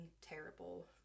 terrible